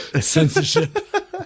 Censorship